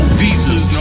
visas